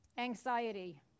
anxiety